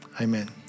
amen